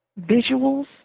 visuals